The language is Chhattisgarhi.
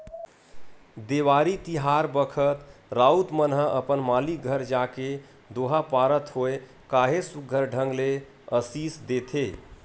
देवारी तिहार बखत राउत मन ह अपन मालिक घर जाके दोहा पारत होय काहेच सुग्घर ढंग ले असीस देथे